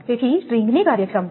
તેથી સ્ટ્રિંગની કાર્યક્ષમતા 76